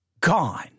gone